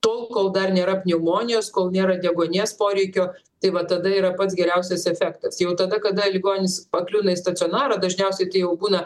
tol kol dar nėra pneumonijos kol nėra deguonies poreikio tai vat tada yra pats geriausias efektas jau tada kada ligonis pakliūna į stacionarą dažniausiai jau būna